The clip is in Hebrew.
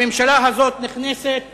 הממשלה הזאת נכנסת